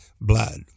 blood